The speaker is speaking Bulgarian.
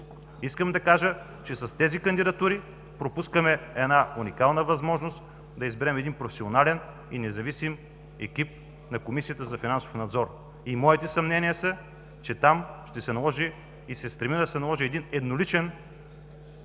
Искам да кажа, че с тези кандидатури пропускаме уникална възможност да изберем един професионален и независим екип на Комисията за финансов надзор. Моите съмнения са, че там ще се наложи и се стреми да се наложи едноличен